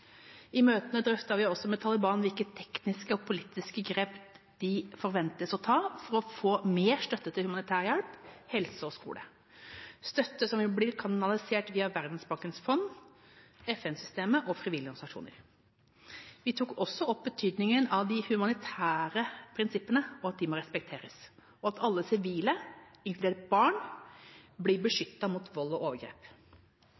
I møtene drøftet vi også med Taliban hvilke tekniske og politiske grep de forventes å ta for å få mer støtte til humanitær hjelp, helse og skole – støtte som vil bli kanalisert via Verdensbankens fond, FN-systemet og frivillige organisasjoner. Vi tok også opp betydningen av de humanitære prinsippene og at de må respekteres, og at alle sivile, inkludert barn, blir